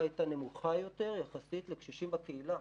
הייתה נמוכה יותר יחסית לקשישים בקהילה,